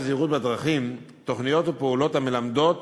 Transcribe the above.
זהירות בדרכים תוכניות ופעולות המלמדות